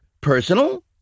personal